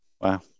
wow